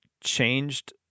changed